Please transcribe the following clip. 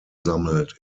sammelt